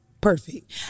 Perfect